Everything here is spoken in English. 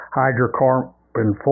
hydrocarbon